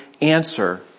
answer